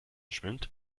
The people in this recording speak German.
schwimmt